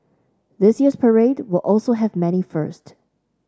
this year's parade will also have many first